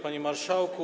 Panie Marszałku!